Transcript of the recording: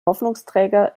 hoffnungsträger